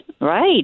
Right